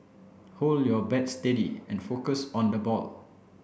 hold your bat steady and focus on the ball